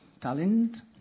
talent